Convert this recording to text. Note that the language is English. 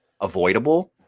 avoidable